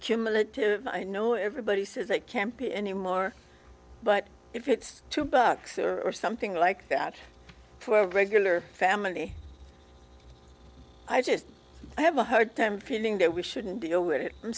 cumulative i know everybody says it can't be any more but if it's two bucks or something like that for a regular family i just have a hard time feeling that we shouldn't deal with it i'm